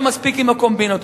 ומספיק עם הקומבינות.